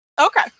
Okay